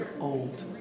old